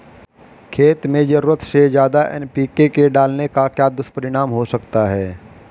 खेत में ज़रूरत से ज्यादा एन.पी.के डालने का क्या दुष्परिणाम हो सकता है?